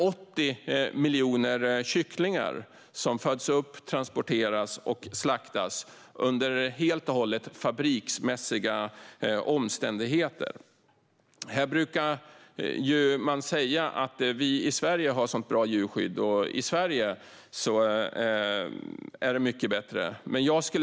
80 miljoner kycklingar föds upp, transporteras och slaktas under fabriksmässiga omständigheter. Här brukar man säga att vi i Sverige har ett så bra djurskydd och att det är mycket bättre i Sverige.